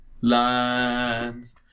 lines